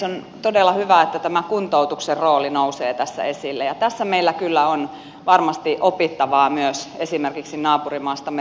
on todella hyvä että tämä kuntoutuksen rooli nousee tässä esille ja tässä meillä kyllä on varmasti opittavaa myös esimerkiksi naapurimaastamme ruotsista